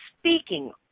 speaking